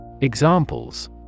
Examples